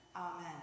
Amen